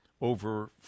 over